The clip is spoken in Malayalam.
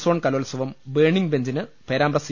സോൺ കലോ ത്സവം ബേണിങ് ബെഞ്ചിന് പേരാമ്പ്ര സി